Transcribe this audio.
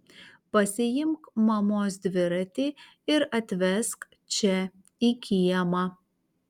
pasiimk mamos dviratį ir atvesk čia į kiemą